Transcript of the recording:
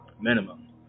minimum